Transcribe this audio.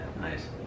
Nice